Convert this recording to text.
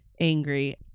angry